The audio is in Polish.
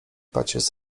pacierz